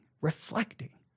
reflecting